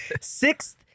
sixth